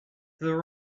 the